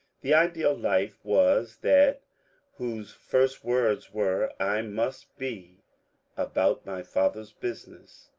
the ideal life was that whose first words were, i must be about my father's business,